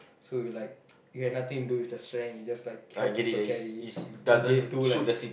so you like you have nothing to do with your strength you just like help people carry day two like